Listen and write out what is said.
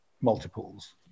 multiples